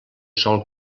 sol